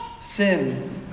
Sin